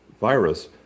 virus